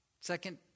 Second